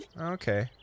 Okay